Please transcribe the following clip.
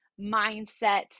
mindset